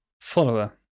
Follower